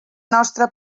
nostra